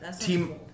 Team